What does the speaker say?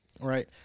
right